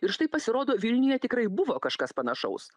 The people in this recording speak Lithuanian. ir štai pasirodo vilniuje tikrai buvo kažkas panašaus